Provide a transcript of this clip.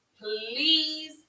please